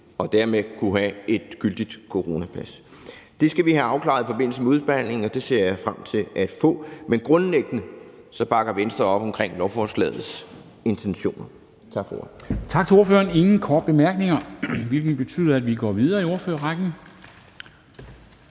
for at kunne få et gyldigt coronapas. Det skal vi have afklaret i forbindelse med udvalgsbehandlingen, og den ser jeg frem til at vi får, men grundlæggende bakker Venstre op om lovforslagets intentioner. Tak for ordet.